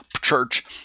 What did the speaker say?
church